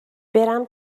برم